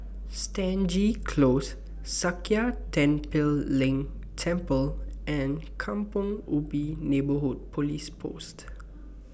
Stangee Close Sakya Tenphel Ling Temple and Kampong Ubi Neighbourhood Police Post